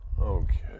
Okay